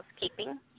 housekeeping